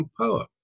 power